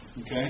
Okay